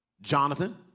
Jonathan